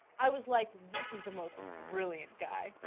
i was like, this is the most brilliant guy.